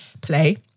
play